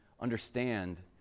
understand